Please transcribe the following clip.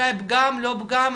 אולי פגם או לא פגם,